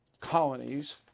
colonies